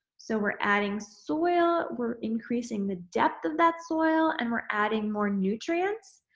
so, we're adding soil, we're increasing the depth of that soil, and we're adding more nutrients,